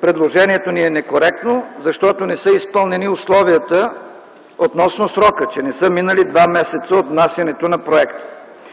предложението ни е некоректно, защото не са изпълнени условията относно срока, че не са минали два месеца от внасянето на проекта.